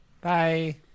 Bye